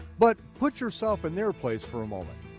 but put yourself in their place for moment,